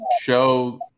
show